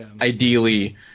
ideally